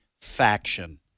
faction